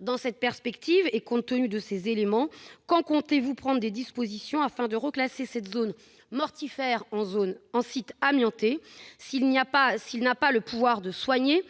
Dans cette perspective et compte tenu de ces éléments, quand le Gouvernement compte-t-il prendre des dispositions afin de reclasser cette zone mortifère en site amianté ? Ce reclassement, s'il n'a pas le pouvoir de soigner,